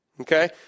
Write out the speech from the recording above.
Okay